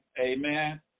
Amen